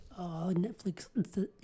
Netflix